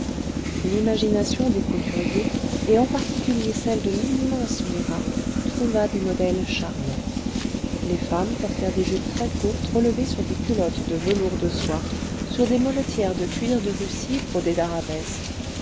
l'imagination des couturiers et en particulier celle cle l'immense hira trouva des modèles charmants les femmes portèrent des jupes très courtes relevées sur des culottes de velours de soie sur des molletières de cuir de russie brodé d'arabesques